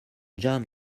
john